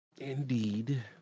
indeed